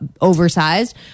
oversized